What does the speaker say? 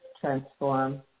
transform